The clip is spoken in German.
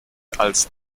als